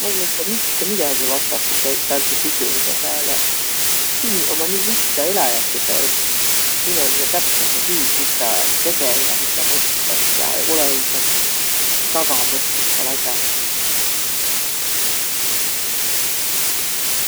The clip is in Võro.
Ma-i mõistaq mitte midägiq vastadaq sääntse küsümüse pääle. Piniq ommaq nii lihtsäq eläjägeseq, et. Inemine täpsähe tiid, mis tä tege ja mis tä mõtlõs ja. Olõ-i sääntsit tagamõttit sääl as'a man.